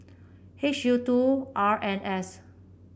H U two R N S